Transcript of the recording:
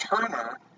Turner